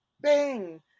bang